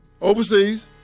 Overseas